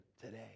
today